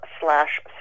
slash